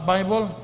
Bible